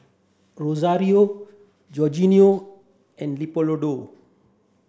Rosario Georginio and Leopoldo